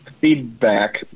feedback